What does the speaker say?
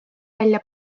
välja